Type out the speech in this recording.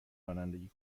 رانندگی